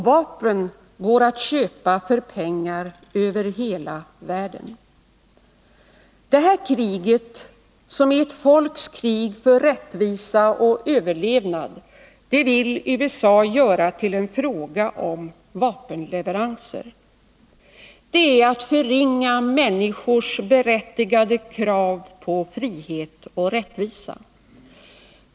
Vapen går att köpa för pengar över hela världen. Detta krig, som är ett folks krig för rättvisa och överlevnad, vill USA göra till en fråga om vapenleveranser. Det är att förringa människors berättigade krav på frihet och rättvisa.